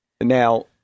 Now